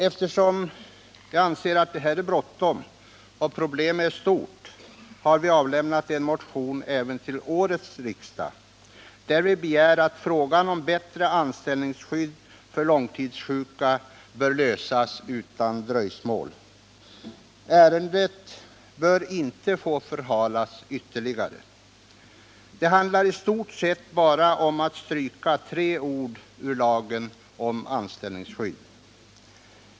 Eftersom vi anser att det här är bråttom och problemet är stort har vi avlämnat en motion även till årets riksmöte, där vi begär att frågan om bättre anställningsskydd för långtidssjuka skall lösas utan dröjsmål. Ärendet bör inte få förhalas ytterligare. Det handlar i stort sett bara om att stryka tre ord ur lagen om anställningsskydd.